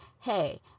hey